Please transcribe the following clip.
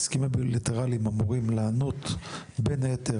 ההסכמים הבילטרליים אמורים לענות בין היתר,